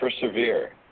Persevere